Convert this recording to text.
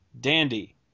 dandy